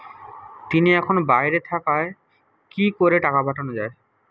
তিনি এখন বাইরে থাকায় কি করে টাকা পাঠানো য়ায়?